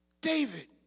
David